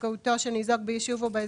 יש תוכנית של רשות החירום